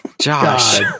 Josh